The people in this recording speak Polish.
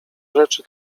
rzeczy